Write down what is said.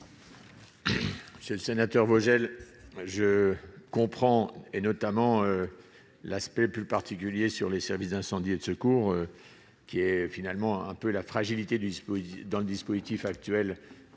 C'est le sénateur Vogel, je comprends, et notamment l'aspect plus particulier sur les services d'incendie et de secours qui est finalement un peu la fragilité du dispositif dans